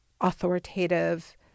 authoritative